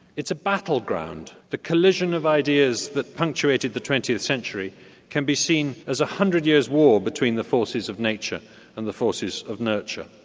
it's a battleground, the collision of ideas that punctuated the twentieth century can be seen as a hundred years war between the forces of nature and the forces of nurture.